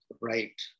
right